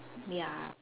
ya